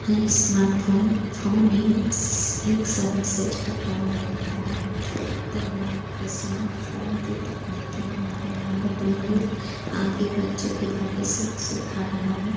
हैं smartphone phone ही एक सर्वश्रेष्ठ फ़ोन हो जाता है ता है इस्माटफ़ोन की तकनीक हमारे भारत में ही आगे बच्चों का भविष्य सुधार रहा है